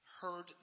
Heard